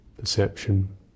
perception